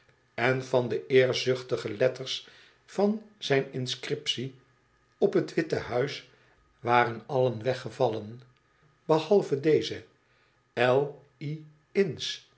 en van de eerzuchtige letters van zijn inscriptie voor op t witte hert waren allen weggevallen behalve deze y